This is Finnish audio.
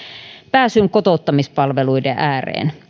pääsyn kotouttamispalveluiden ääreen